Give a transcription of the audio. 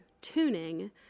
tuning